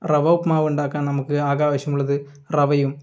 റവ ഉപ്പുമാവുണ്ടാക്കാൻ നമുക്ക് ആകെ ആവശ്യമുള്ളത് റവയും